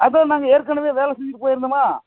அதான் நாங்கள் ஏற்கனவே வேலை செஞ்சிவிட்டு போயிருந்தம்மா